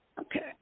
okay